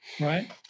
Right